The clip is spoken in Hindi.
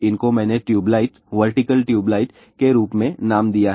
इनको मैंने ट्यूबलाइट वर्टिकल ट्यूबलाइट के रूप में नाम दिया है